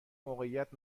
موقعیت